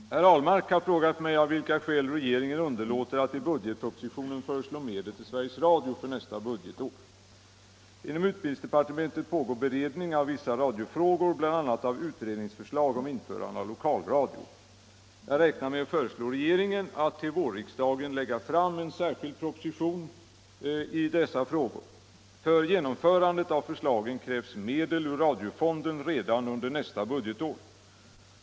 Herr talman! Herr Ahlmark har frågat mig av vilka skäl regeringen underlåter att i budgetpropositionen föreslå medel till Sveriges Radio för nästa budgetår. Inom utbildningsdepartementet pågår beredning av vissa radiofrågor, bl.a. av utredningsförslag om införande av lokalradio. Jag räknar med att föreslå regeringen att till vårriksdagen lägga fram en särskild proposition i dessa frågor. För genomförandet av förslagen krävs medel ur radiofonden redan under nästa budgetår.